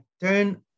turn